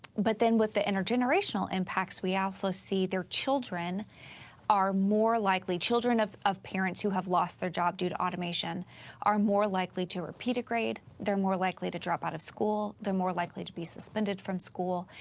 but then with the intergenerational impacts, we also see their children are more likely children of of parents who have lost their job due to automation are more likely to repeat a grade, they're more likely to drop out of school, they're more likely to be suspended from school,